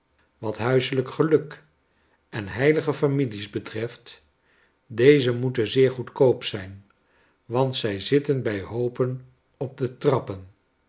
wat huiselijk geluk en heilige families betreft deze moeten zeer goedkoop zijn want zij zitten bij hoopen op de trappen